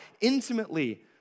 intimately